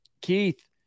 Keith